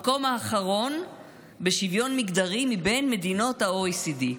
במקום האחרון בשוויון מגדרי מבין מדינות ה-OECD.